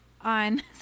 on